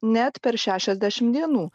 net per šešiasdešim dienų